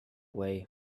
way